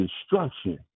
destruction